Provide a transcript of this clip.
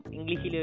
English